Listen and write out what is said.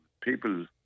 People